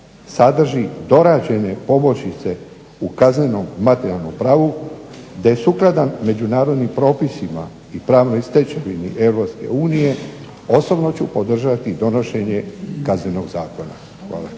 sadrži dorađene poboljšice u kaznenom materijalnom pravu, te je sukladan međunarodnim propisima i pravnoj stečevini Europske unije, osobno ću podržati donošenje Kaznenog zakona. Hvala.